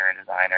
designer